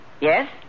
Yes